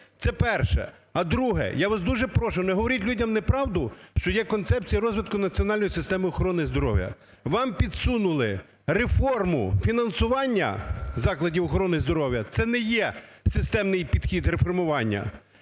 це перше. А друге. Я вас дуже прошу, не говоріть людям неправду, що є Концепція розвитку національної системи охорони здоров'я. Вам підсунули реформу фінансування закладів охорони здоров'я. це не є системний підхід реформування.